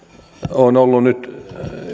olen ollut nyt